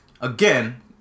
again